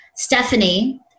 Stephanie